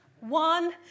One